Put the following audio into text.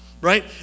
Right